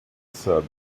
said